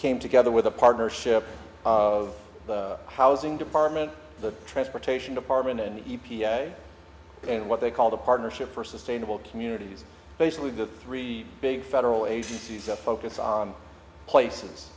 came together with a partnership of the housing department the transportation department and the e p a and what they call the partnership for sustainable communities basically the three big federal agencies that focus on places